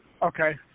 Okay